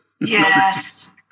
yes